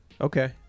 okay